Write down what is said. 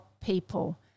people